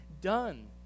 done